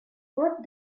what